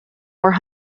four